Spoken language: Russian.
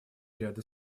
ряда